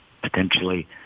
potentially